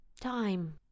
time